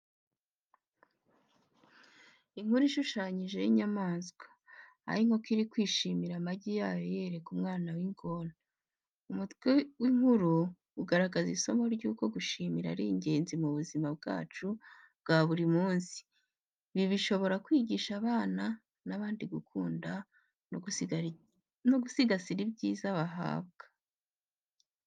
Inkuru ishushanyije y'inyamaswa. Aho inkoko iri kwishimira amagi yayo yereka umwana w'ingona. Umutwe w’inkuru ugaragaza isomo ry’uko gushimira ari ingenzi mu buzima bwacu bwa buri munsi. Ibi bishobora kwigisha abana n’abandi gukunda no gusigasira ibyiza bahabwa.